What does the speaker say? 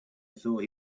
thought